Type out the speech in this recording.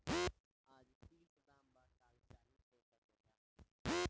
आज तीस दाम बा काल चालीसो हो सकेला